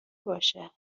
باشه